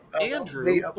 Andrew